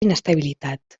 inestabilitat